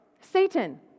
Satan